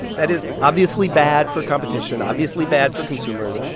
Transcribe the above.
that is obviously bad for competition, obviously bad for consumers.